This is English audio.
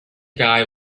guy